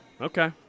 Okay